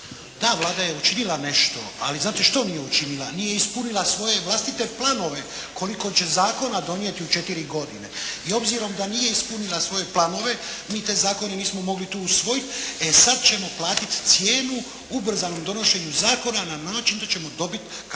Da, Vlada je učinila nešto. Ali znate što nije učinila? Nije ispunila svoje vlastite planove koliko će zakona donijeti u 4 godine? I obzirom da nije ispunila svoje planove mi te zakone nismo mogli tu usvojiti. E sad ćemo platiti cijenu ubrzanom donošenju zakona na način da ćemo dobiti katastrofalne